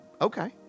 Okay